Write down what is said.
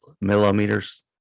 millimeters